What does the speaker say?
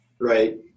right